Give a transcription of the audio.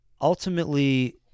Ultimately